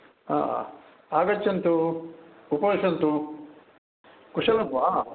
आ आगच्छन्तु उपविशन्तु कुशलम् वा